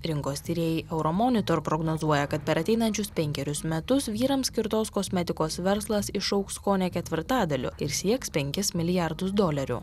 rinkos tyrėjai euromonitor prognozuoja kad per ateinančius penkerius metus vyrams skirtos kosmetikos verslas išaugs kone ketvirtadaliu ir sieks penkis milijardus dolerių